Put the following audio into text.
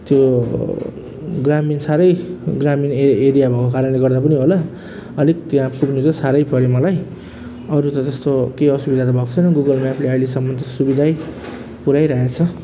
त्यो ग्रामीण साह्रै ग्रामीण ए एरिया भएको कारणले गर्दा पनि होला अलिक त्यहाँ अब पुग्नु चाहिँ साह्रै पऱ्यो मलाई अरू त जस्तो केही असुविधा त भएके छैन गुगल म्यापले अहिलेसम्म त सुविधै पुऱ्याइरहेको छ